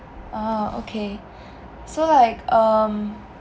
oh okay so like um